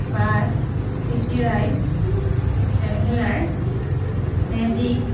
bus city ride traveller magic